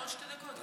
עוד שתי דקות.